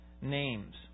names